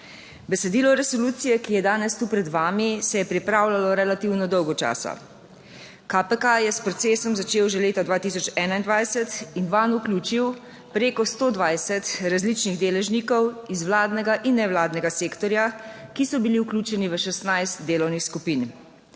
Besedilo resolucije, ki je danes tu pred vami, se je pripravljalo relativno dolgo časa. KPK je s procesom začel že leta 2021 in vanj vključil preko 120 različnih deležnikov iz vladnega in nevladnega sektorja, ki so bili vključeni v 16 delovnih skupin.